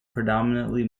predominantly